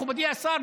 מכובדי השר,